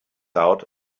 out